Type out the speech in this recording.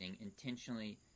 intentionally